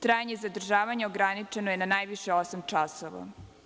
Trajanje i zadržavanje ograničeno je na najviše osam časova.